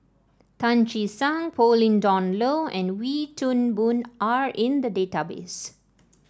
Tan Che Sang Pauline Dawn Loh and Wee Toon Boon are in the database